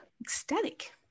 ecstatic